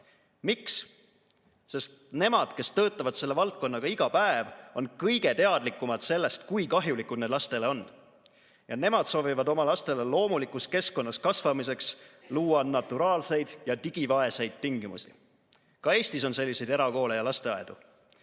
Miks? Sest nemad, kes töötavad selle valdkonnaga iga päev, on kõige teadlikumad sellest, kui kahjulikud need lastele on. Ja nemad soovivad oma lastele loomulikus keskkonnas kasvamiseks luua naturaalseid ja digivaeseid tingimusi. Ka Eestis on selliseid erakoole ja lasteaedu.